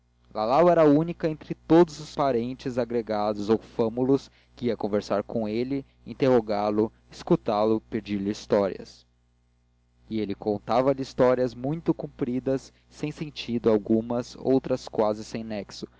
a única entre todos parentes agregados ou fâmulos que ia conversar com ele interrogá-lo escutá lo pedir-lhe histórias e ele contava-lhe histórias muito compridas sem sentido algumas outras quase sem nexo